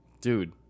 Dude